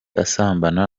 asambana